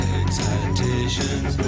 excitations